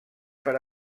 per